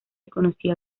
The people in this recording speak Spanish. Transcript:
conocía